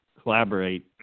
Collaborate